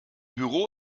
büro